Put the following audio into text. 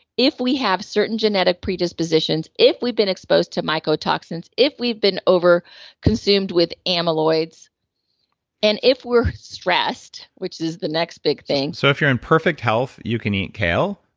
if we have certain genetic predispositions, if we've been exposed to mycotoxins, if we've been over consumed with amyloids and if we're stressed, which is the next big thing so if you're in perfect health you can eat kale,